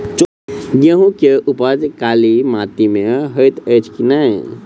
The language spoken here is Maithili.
गेंहूँ केँ उपज काली माटि मे हएत अछि की नै?